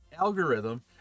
algorithm